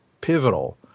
pivotal